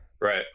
Right